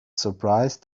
surprised